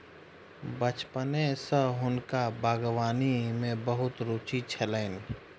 बचपने सॅ हुनका बागवानी में बहुत रूचि छलैन